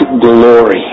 glory